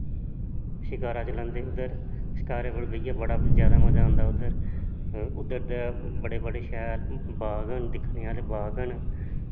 शकारा चलांदे उद्धर शकारै कोल बैहियै बड़ा जैदा मज़ा आंदा उद्धर उद्धर दे बड़े बड़े शैल बाग होंदे दिक्खने आह्ले बाग न